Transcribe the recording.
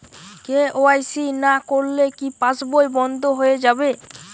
KYC না করলে কি পাশবই বন্ধ হয়ে যাবে?